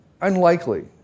unlikely